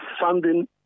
funding